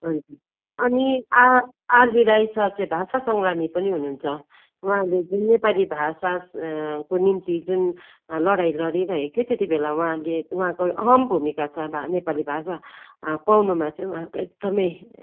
अनि R RB Rai sir चाहिँ भाषा सङ्ग्रामी पनि हुनुहुन्छ उहाँले चाहिँ नेपाली भाषा को निम्ति जुन लडाँइ लडिरहेको थियो त्यति बेला उहाँले उहाँको अहम् भुमिका छ नेपाली भाषा पाउनुमा चाहिँ उहाँको एकदमै